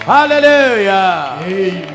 Hallelujah